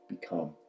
become